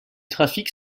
trafic